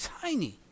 tiny